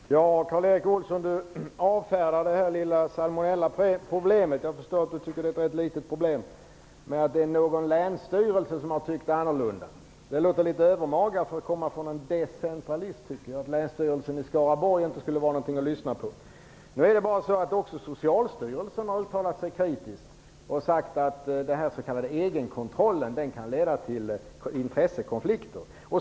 Fru talman! Karl Erik Olsson avfärdar det lilla salmonellaproblemet - jag förstår att han tycker att det är ett rätt litet problem - med att någon länsstyrelse har tyckt annorlunda. Att säga att Länsstyrelsen i Skaraborg inte skulle vara någonting att lyssna på låter litet övermaga för att komma från en decentralist. Också Socialstyrelsen har uttalat sig kritiskt och sagt att den s.k. egenkontrollen kan leda till intressekonflikter.